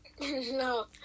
No